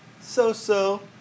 so-so